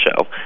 show